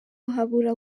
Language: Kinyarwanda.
habura